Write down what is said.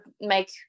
make